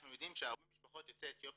אנחנו יודעים שהרבה משפחות יוצאי אתיופיה